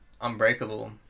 Unbreakable